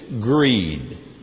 greed